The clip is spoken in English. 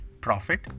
profit